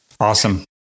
Awesome